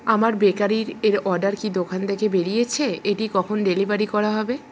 আমার বেকারির এর অর্ডার কি দোকান থেকে বেরিয়েছে এটি কখন ডেলিভারি করা হবে